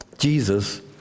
Jesus